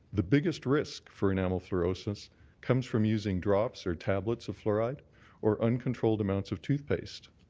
the biggest risk for enamel fluorosis comes from using drops or tablets of fluoride or uncontrolled amounts of toothpaste.